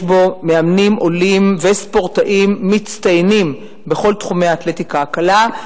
יש בו מאמנים עולים וספורטאים מצטיינים בכל תחומי האתלטיקה הקלה,